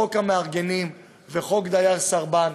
חוק המארגנים וחוק דייר סרבן,